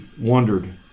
wondered